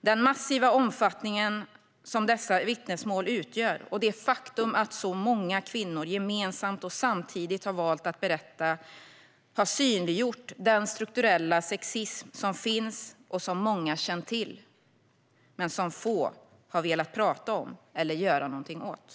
Den massiva omfattning som dessa vittnesmål utgör och det faktum att så många kvinnor gemensamt och samtidigt har valt att berätta har synliggjort den strukturella sexism som finns och som många har känt till, men som få har velat prata om eller göra någonting åt.